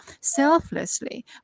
selflessly